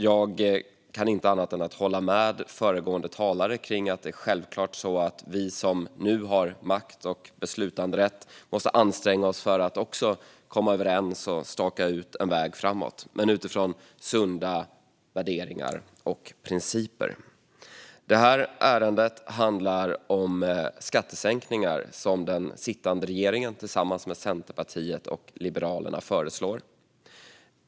Jag kan inte annat än att hålla med föregående talare om att vi som nu har makt och beslutanderätt självfallet måste anstränga oss för att komma överens och staka ut en väg framåt - dock utifrån sunda värderingar och principer. Detta ärende handlar om de skattesänkningar som den sittande regeringen tillsammans med Centerpartiet och Liberalerna föreslår.